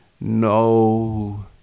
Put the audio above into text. No